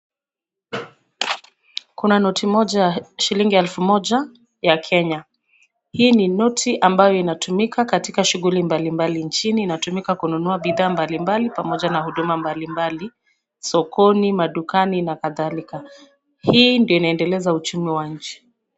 Kuna noti moja, shilingi elfu moja ya Kenya. Hii ni noti ambayo inatumika katika shughuli mbalimbali nchini, inatumika kununua bidhaa mbalimbali pamoja na huduma mbalimbali sokoni, madukani na kadhalika. Hii ndio inaendeleza uchumi wa nchi.